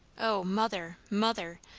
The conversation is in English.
o, mother, mother!